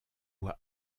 voit